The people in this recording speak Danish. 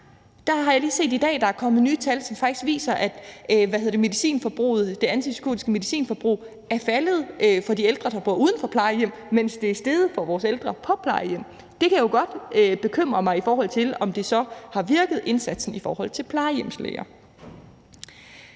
Jeg har lige set i dag, at der er kommet nye tal, som faktisk viser, at det antipsykotiske medicinforbrug er faldet for de ældre, der bor uden for plejehjem, mens det er steget for vores ældre på plejehjem. Det kan jo godt bekymre mig, med hensyn til om indsatsen har virket i forhold til plejehjemslæger.